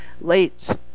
late